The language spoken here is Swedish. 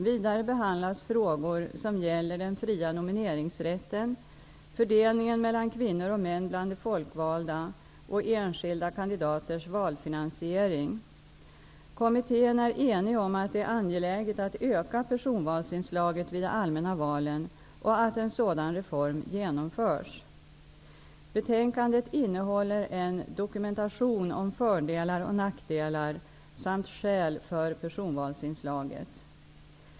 Vidare behandlas frågor som gäller den fria nomineringsrätten, fördelningen mellan kvinnor och män bland de folkvalda och enskilda kandidaters valfinansiering. Kommittén är enig om att det är angeläget att öka personvalsinslaget vid de allmänna valen och att en sådan reform genomförs. Betänkandet innehåller en ''dokumentation'' om fördelar och nackdelar samt skäl för personvalsinslaget.